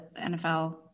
NFL